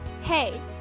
Hey